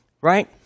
right